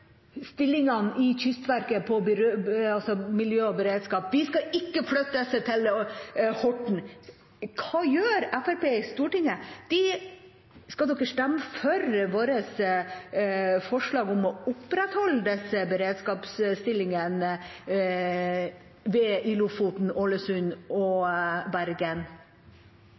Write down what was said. stillingene i Kystverket på miljø og beredskap, de skal ikke flyttes til Horten. Men hva gjør Fremskrittspartiet i Stortinget? Skal de stemme for vårt forslag om å opprettholde disse beredskapsstillingene i Lofoten, Ålesund og Bergen?